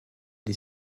les